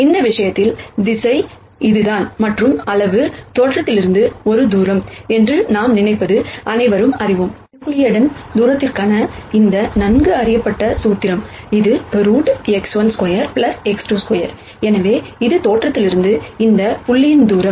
இந்த விஷயத்தில் திசை இதுதான் மற்றும் அளவு தோற்றத்திலிருந்து ஒரு தூரம் என்று நாம் நினைப்பது அனைவரும் அறிவோம் யூக்ளிடியன் தூரத்திற்கான இந்த நன்கு அறியப்பட்ட பார்முலா இது ரூட் x12 x22 எனவே இது தோற்றத்திலிருந்து இந்த புள்ளியின் தூரம்